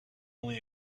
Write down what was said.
only